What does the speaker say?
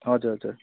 हजुर हजुर